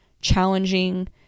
challenging